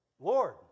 Lord